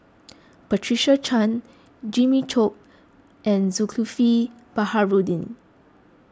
Patricia Chan Jimmy Chok and Zulkifli Baharudin